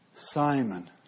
Simon